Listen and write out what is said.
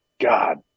God